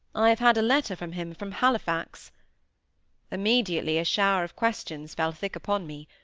i have had a letter from him from halifax immediately a shower of questions fell thick upon me.